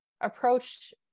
approach